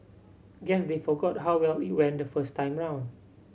guess they forgot how well it went the first time round